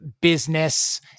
business